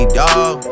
dawg